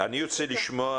אני ארצה לשמוע